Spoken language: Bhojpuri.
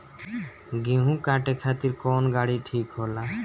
गेहूं काटे खातिर कौन गाड़ी ठीक होला?